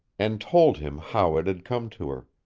and told him how it had come to her.